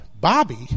Bobby